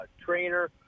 trainer